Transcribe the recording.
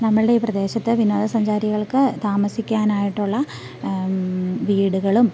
നമ്മളുടെ ഈ പ്രദേശത്ത് വിനോദ സഞ്ചാരികൾക്ക് താമസിക്കാനായിട്ടുള്ള വീടുകളും